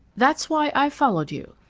that's why i've followed you.